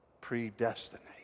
predestinate